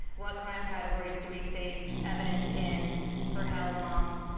what crime categories do we save evidence in for how long?